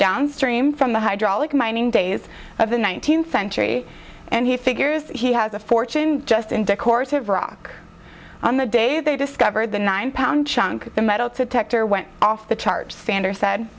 downstream from the hydraulic mining days of the nineteenth century and he figures he has a fortune just in decors of rock on the day they discovered the nine pound chunk the metal detector went off the chart sanders said